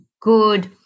good